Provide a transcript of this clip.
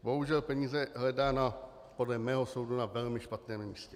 Bohužel peníze hledá podle mého soudu na velmi špatném místě.